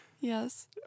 Yes